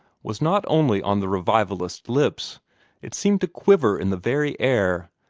was not only on the revivalist's lips it seemed to quiver in the very air,